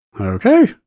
Okay